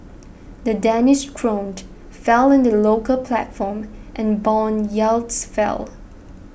the Danish krone fell in the local platform and bond yields fell